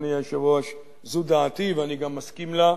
אדוני היושב-ראש, זו דעתי ואני גם מסכים לה,